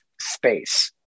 space